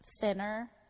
thinner